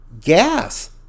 gas